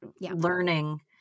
learning